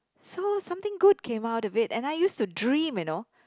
so something good came out to it and I used to dream you know